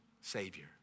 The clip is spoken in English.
Savior